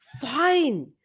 fine